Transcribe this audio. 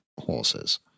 horses